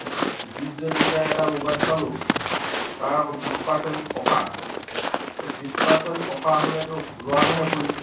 বিশ হাজাৰ দিকে এটা ম'বাইল চালোঁ তাৰ আকৌ বিশ পাৰচেণ্ট অফাৰ আছে এতিয়া বিশ পাৰচেণ্ট অফাৰ হ'লেতো ষোল্ল হাজাৰহে পৰিব